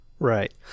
Right